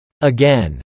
Again